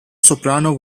soprano